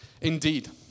Indeed